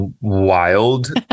wild